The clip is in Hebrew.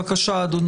בבקשה, אדוני.